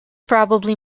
probably